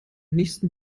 nächsten